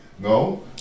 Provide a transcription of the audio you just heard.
No